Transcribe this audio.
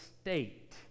state